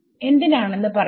എന്തിനാണെന്ന്പറയാം